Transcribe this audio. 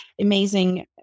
amazing